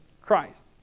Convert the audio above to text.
Christ